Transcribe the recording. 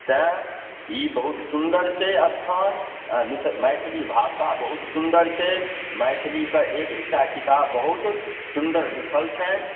तेँ ई बहुत सुन्दर छै अस्थान मिथ मैथिली भाषा बहुत सुन्दर छै मैथिलीके एक एक टा किताब बहुत सुन्दर लिखल छनि